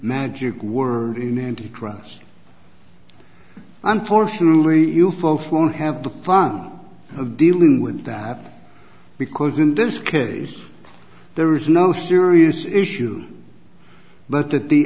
magic word in the n t trust unfortunately you folks won't have the fun of dealing with that because in this case there is no serious issue but that the